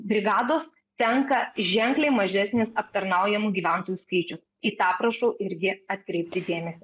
brigados tenka ženkliai mažesnis aptarnaujamų gyventojų skaičius į tą prašau irgi atkreipti dėmesį